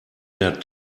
der